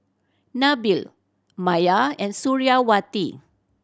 Nabil Maya and Suriawati